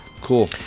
Cool